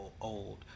old